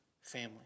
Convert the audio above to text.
family